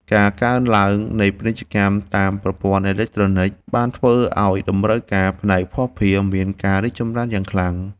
ការកើនឡើងនៃពាណិជ្ជកម្មតាមប្រព័ន្ធអេឡិចត្រូនិកបានធ្វើឱ្យតម្រូវការផ្នែកភស្តុភារមានការរីកចម្រើនយ៉ាងខ្លាំង។